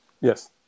Yes